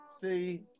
see